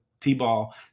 t-ball